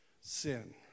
sin